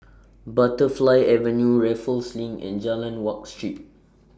Butterfly Avenue Raffles LINK and Jalan Wak Street